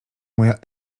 moja